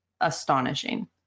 astonishing